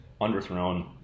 underthrown